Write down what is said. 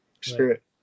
Spirit